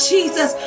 Jesus